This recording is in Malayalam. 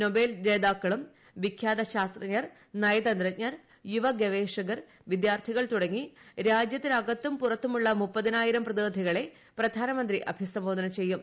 നോബേൽ നേതാക്കളും വിഖ്യാത ശാസ്ത്രജ്ഞർ നിയ്തന്ത്രജ്ഞർ യുവ ഗവേഷകർ വിദ്യാർത്ഥികൾ തുടങ്ങി രാജ്യത്തിനകത്തും പുറത്തുമുള്ള മുപ്പതിനായിരം പ്രതിനിധികളെ പ്രധാനമന്ത്രി അഭിസംബോധന ചെയ്യും